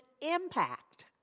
impact